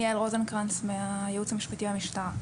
הייעוץ המשפטי למשטרה.